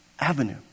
Avenue